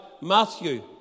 Matthew